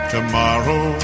Tomorrow